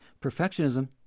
Perfectionism